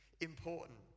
important